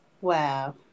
Wow